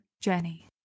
journey